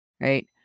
Right